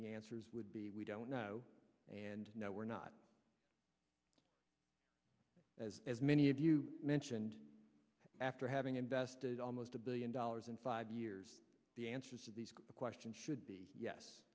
the answers would be we don't know and now we're not as as many of you mentioned after having invested almost a billion dollars in five years the answers to these questions should be yes